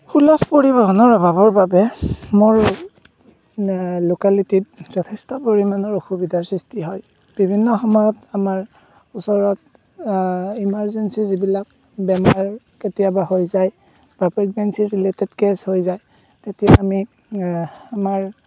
সুলভ পৰিৱহনৰ অভাৱৰ বাবে মোৰ লোকেলিটিত যথেষ্ট পৰিমাণৰ অসুবিধাৰ সৃষ্টি হয় বিভিন্ন সময়ত আমাৰ ওচৰত ইমাৰ্জেঞ্চি যিবিলাক বেমাৰ কেতিয়াবা হৈ যায় বা প্ৰেগনেঞ্চি ৰেলাটেড কেছ হৈ যায় তেতিয়া আমি আমাৰ